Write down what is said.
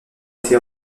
été